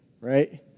right